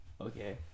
Okay